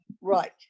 Right